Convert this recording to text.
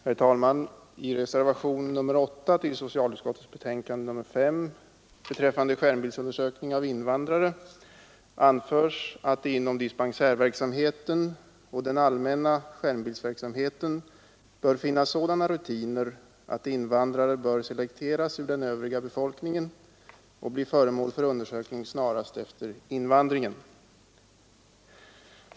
Herr talman! I reservationen 8 till socialutskottets betänkande nr 5 beträffande skärmbildsundersökning av invandrare anförs att det inom dispensärverksamheten och den allmänna skärmbildsverksamheten bör finnas sådana rutiner att invandrare kan selekteras ur den övriga befolkningen och blir föremål för undersökning snarast efter invandringen.